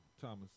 Thomas